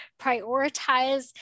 prioritize